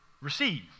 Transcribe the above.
receive